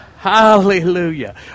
Hallelujah